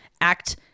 act